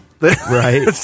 Right